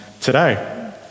today